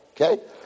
Okay